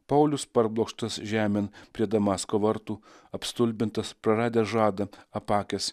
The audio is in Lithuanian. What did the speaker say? paulius parblokštas žemėn prie damasko vartų apstulbintas praradęs žadą apakęs